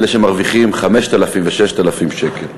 אלה שמרוויחים 5,000 ו-6,000 שקל,